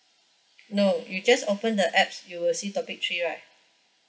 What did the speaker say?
no you just open the app you will see topic three right